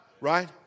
right